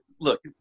look